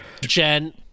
Jen